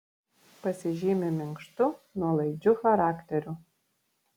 pasižymi minkštu nuolaidžiu charakteriu